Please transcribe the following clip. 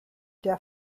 der